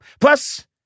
Plus